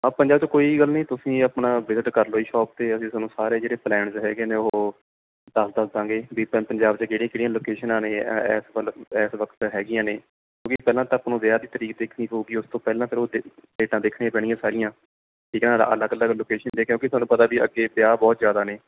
ਆ ਪੰਜਾ 'ਚ ਕੋਈ ਗੱਲ ਨਹੀਂ ਤੁਸੀਂ ਆਪਣਾ ਵਿਜਿਟ ਕਰ ਲਓ ਜੀ ਸ਼ੋਪ 'ਤੇ ਅਸੀਂ ਤੁਹਾਨੂੰ ਸਾਰੇ ਜਿਹੜੇ ਪਲੈਨਜ਼ ਹੈਗੇ ਨੇ ਉਹ ਦਸ ਦੱਸ ਦਵਾਂਗੇ ਵੀ ਪੰਜਾਬ 'ਚ ਕਿਹੜੀਆਂ ਕਿਹੜੀਆਂ ਲੋਕੇਸ਼ਨ ਨੇ ਇਸ ਵੱਲ ਇਸ ਵਕਤ ਹੈਗੀਆਂ ਨੇ ਕਿਉਂਕਿ ਪਹਿਲਾਂ ਤਾਂ ਆਪਾਂ ਨੂੰ ਵਿਆਹ ਦੀ ਤਰੀਕ ਦੇਖਣੀ ਹੋ ਗਈ ਉਸ ਤੋਂ ਪਹਿਲਾਂ ਅਤੇ ਉਹ ਡੇਟਾਂ ਦੇਖਣੀਆਂ ਪੈਣੀਆਂ ਸਾਰੀਆਂ ਚੀਜ਼ਾਂ ਅਲੱਗ ਅਲੱਗ ਲੋਕੇਸ਼ਨ ਦੇ ਕਿਉਂਕਿ ਤੁਹਾਨੂੰ ਪਤਾ ਅੱਗੇ ਵਿਆਹ ਬਹੁਤ ਜ਼ਿਆਦਾ ਨੇ